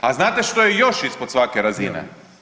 A znate što je još ispod svake razine?